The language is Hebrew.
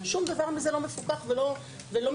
שום דבר מזה לא מפוקח ולא מוסדר.